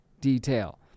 detail